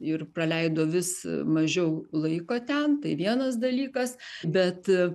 ir praleido vis mažiau laiko ten tai vienas dalykas bet